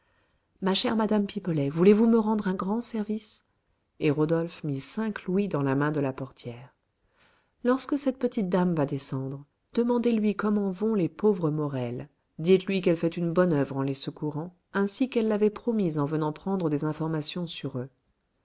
ma chère madame pipelet voulez-vous me rendre un grand service et rodolphe mit cinq louis dans la main de la portière lorsque cette petite dame va descendre demandez-lui comment vont les pauvres morel dites-lui qu'elle fait une bonne oeuvre en les secourant ainsi qu'elle l'avait promis en venant prendre des informations sur eux